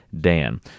dan